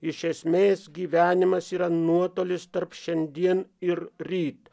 iš esmės gyvenimas yra nuotolis tarp šiandien ir ryt